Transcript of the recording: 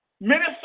Minnesota